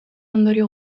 ondorio